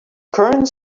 current